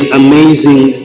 amazing